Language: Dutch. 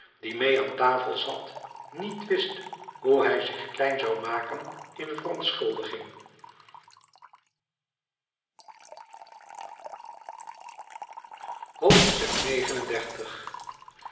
die meê aan tafel zat niet wist hoe hij zich klein zoû maken in verontschuldiging